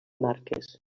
marques